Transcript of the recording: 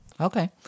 Okay